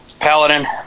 Paladin